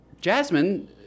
Jasmine